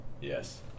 Yes